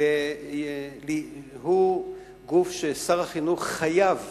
הוא גוף ששר החינוך חייב